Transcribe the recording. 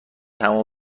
همو